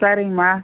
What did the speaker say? சரிங்கமா